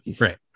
Right